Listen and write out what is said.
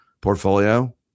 portfolio